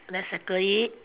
let's circle it